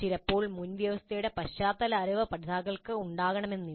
ചിലപ്പോൾ മുൻവ്യവസ്ഥയുടെ പശ്ചാത്തല അറിവ് പഠിതാക്കളിൽ ഉണ്ടാകണമെന്നില്ല